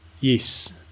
Yes